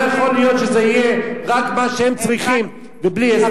לא יכול להיות שזה יהיה רק מה שהם צריכים ובלי הסדר.